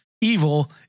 evil